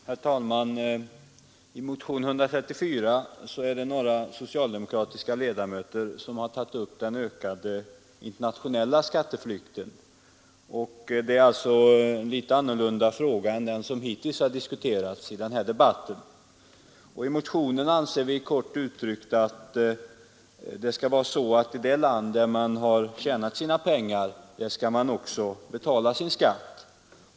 Herr talman! I motionen 134 har jag och några andra socialdemokratiska ledamöter tagit upp den ökade internationella skatteflykten. Det är alltså en något annan fråga än den som hittills har diskuterats i denna debatt. I motionen framhåller vi kort uttryckt att det skall vara så att man skall betala skatt i det land där man har tjänat sina pengar.